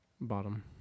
Bottom